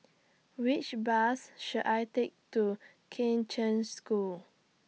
Which Bus should I Take to Kheng Cheng School